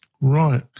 right